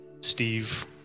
Steve